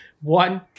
One